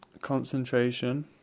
concentration